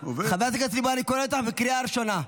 חברת הכנסת לימור, אני קורא אותך בקריאה ראשונה.